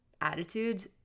attitude